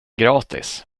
gratis